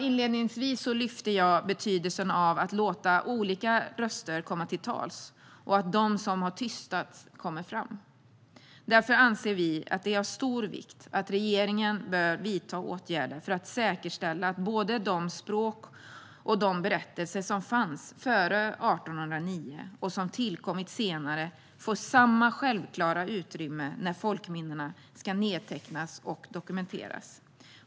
Inledningsvis lyfte jag upp betydelsen av att låta olika röster komma till tals och att de som har tystats kommer fram. Därför anser vi att det är av stor vikt att regeringen vidtar åtgärder för att säkerställa att både de språk och de berättelser som fanns före 1809 och de som tillkommit senare får samma självklara utrymme när folkminnena ska nedtecknas och dokumenteras.